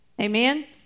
Amen